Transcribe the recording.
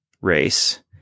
race